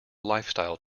lifestyle